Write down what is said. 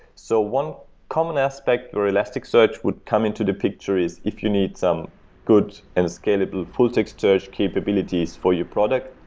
so one common aspect or elasticsearch would come into the picture is if you need some good and scalable full-text search capabilities for your product,